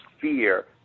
fear